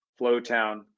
flowtown